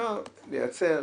אפשר לייצר,